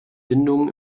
windungen